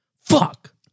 fuck